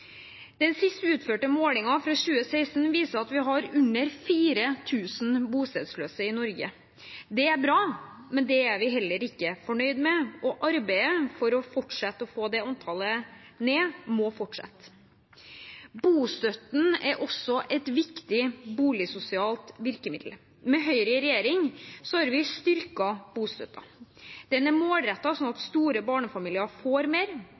Den siste utførte målingen fra 2016 viser at vi har under 4 000 bostedsløse i Norge. Det er bra, men vi er ikke fornøyd med det, og arbeidet for å få det antallet ned, må fortsette. Bostøtten er også et viktig boligsosialt virkemiddel. Med Høyre i regjering har vi styrket bostøtten. Den er målrettet, sånn at store barnefamilier får mer.